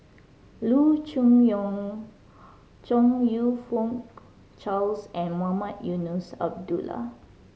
Loo Choon Yong Chong You Fook Charles and Mohamed Eunos Abdullah